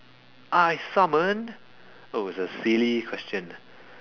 I summon oh it's a silly question